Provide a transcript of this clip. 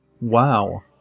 Wow